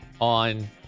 on